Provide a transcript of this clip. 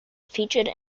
featured